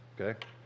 Okay